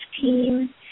team